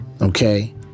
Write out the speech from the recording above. Okay